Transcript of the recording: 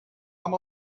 amb